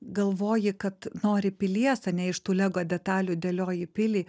galvoji kad nori pilies ane iš tų lego detalių dėlioji pilį